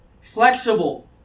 flexible